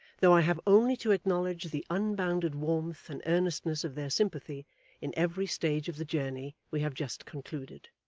though i have only to acknowledge the unbounded warmth and earnestness of their sympathy in every stage of the journey we have just concluded.